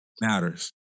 matters